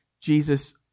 Jesus